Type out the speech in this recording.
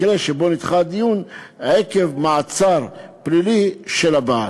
מקרה שבו נדחה הדיון עקב מעצר פלילי של הבעל.